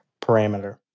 parameter